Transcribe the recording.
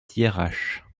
thiérache